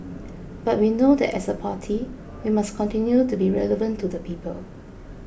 but we know that as a party we must continue to be relevant to the people